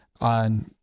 on